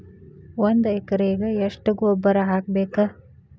ಒಂದ್ ಎಕರೆಗೆ ಎಷ್ಟ ಗೊಬ್ಬರ ಹಾಕ್ಬೇಕ್?